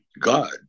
God